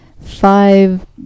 Five